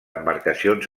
embarcacions